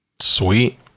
Sweet